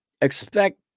expect